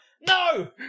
No